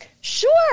sure